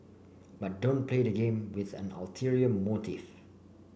but don't play the game with an ulterior motive